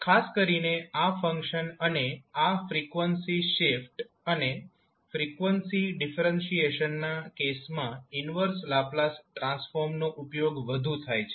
ખાસ કરીને આ ફંક્શન અને આ ફ્રીક્વન્સી શિફ્ટ અને ફ્રીક્વન્સી ડિફરન્શીએશનના કેસમાં ઈન્વર્સ લાપ્લાસ ટ્રાન્સફોર્મનો ઉપયોગ વધુ થાય છે